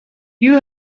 you